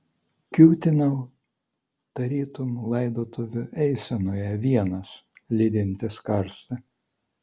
kiūtinau tarytum laidotuvių eisenoje vienas lydintis karstą